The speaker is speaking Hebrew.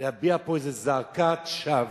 להביע פה איזה זעקת שווא,